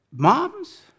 Moms